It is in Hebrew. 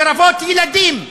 לרבות ילדים,